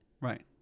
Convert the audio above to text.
Right